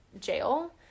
jail